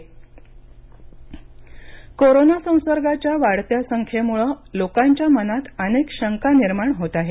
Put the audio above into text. Covid नियम corona संसर्गाच्या वाढत्या संख्येमुळे लोकांच्या मनात अनेक शंका निर्माण होत आहेत